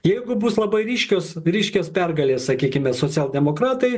jeigu bus labai ryškios ryškios pergalės sakykime socialdemokratai